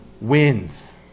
wins